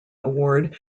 award